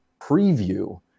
preview